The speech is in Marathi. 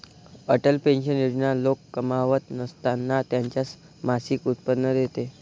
अटल पेन्शन योजना लोक कमावत नसताना त्यांना मासिक उत्पन्न देते